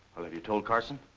have you told carson?